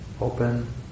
open